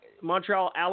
Montreal